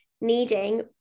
needing